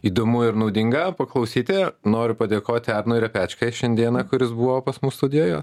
įdomu ir naudinga paklausyti noriu padėkoti arnui repečkai šiandieną kuris buvo pas mus studijoje